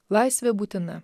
laisvė būtina